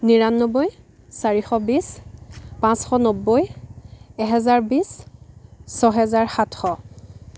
নিৰানব্বৈ চাৰিশ বিছ পাঁচশ নব্বৈ এহেজাৰ বিছ ছহেজাৰ সাতশ